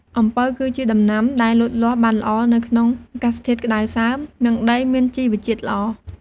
អំពៅ គឺជាដំណាំដែលលូតលាស់បានល្អនៅក្នុងអាកាសធាតុក្តៅសើម និងដីមានជីវជាតិល្អ។